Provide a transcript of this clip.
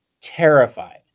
terrified